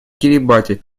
кирибати